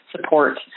support